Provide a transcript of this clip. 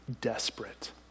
desperate